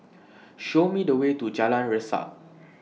Show Me The Way to Jalan Resak